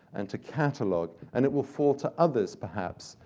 and to catalog. and it will fall to others, perhaps,